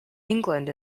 england